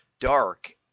dark